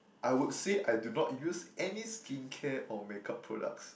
I would say I do not use any skincare or make up products